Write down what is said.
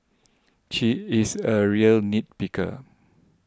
she is a real nit picker